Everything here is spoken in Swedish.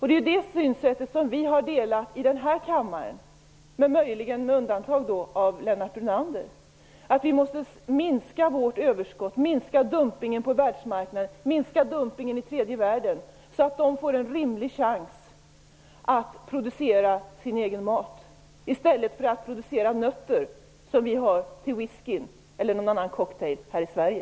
Det är det synsättet vi har delat i denna kammare, möjligen med undantag för Lennart Brunander. Vi måste minska vårt överskott och minska dumpningen på världsmarknaden och i tredje världen. De måste få en rimlig chans att producera sin egen mat, i stället för att producera nötter som vi har till vår whisky eller någon annan cocktail här i Sverige.